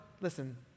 listen